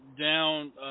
down